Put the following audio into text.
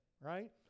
right